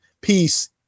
peace